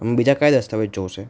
બીજા ક્યા દસ્તાવેજ જોઇશે